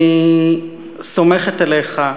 אני סומכת עליך,